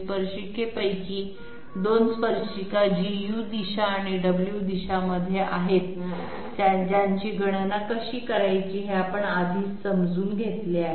स्पर्शिकेपैकी 2 स्पर्शिका जी u दिशा आणि w दिशा मध्ये आहेत ज्यांची गणना कशी करायची हे आपण आधीच समजून घेतले आहे